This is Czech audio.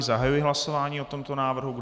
Zahajuji hlasování o tomto návrhu.